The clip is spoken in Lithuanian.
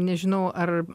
nežinau ar